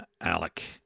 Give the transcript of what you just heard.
Alec